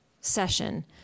session